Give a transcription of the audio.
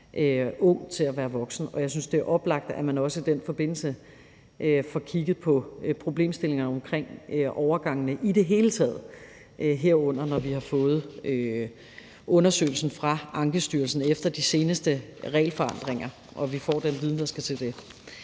ung til at være voksen. Jeg synes, det er oplagt, at man også i den forbindelse får kigget på problemstillingerne omkring overgangene i det hele taget, herunder når vi har fået undersøgelsen fra Ankestyrelsen efter de seneste regelændringer og vi får den viden, der skal til.